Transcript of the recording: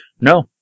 No